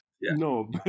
No